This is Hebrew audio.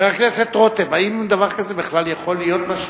חבר הכנסת רותם, האם דבר כזה בכלל יכול להיות?